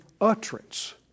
utterance